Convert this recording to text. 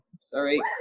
sorry